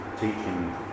teaching